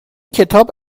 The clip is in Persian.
کتاب